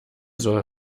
soll